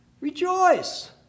Rejoice